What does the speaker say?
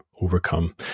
Overcome